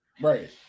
Right